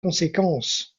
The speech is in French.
conséquences